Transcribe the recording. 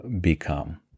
become